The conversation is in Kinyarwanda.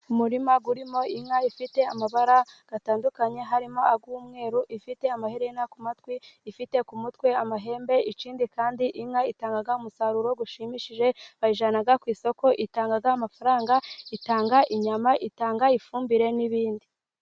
Umurima urimo inka ifite amabara atandukanye harimo ay'umweru, ifite amaherena ku matwi, ifite ku mutwe amahembe, ikindi kandi inka itanga umusaruro ushimishije, bayijyana ku isoko, itanga amafaranga, itanga inyama, itanga ifumbire n'ibindi.